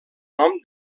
nom